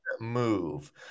move